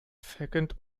second